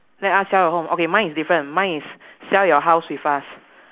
let us sell your home okay mine is different mine is sell your house with us